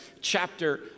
chapter